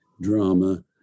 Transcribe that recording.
drama